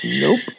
Nope